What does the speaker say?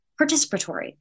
participatory